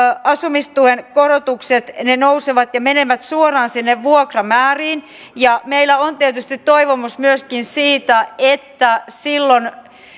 asumistuen korotukset nousevat ja menevät suoraan sinne vuokramääriin ja meillä on tietysti toivomus myöskin siitä että silloin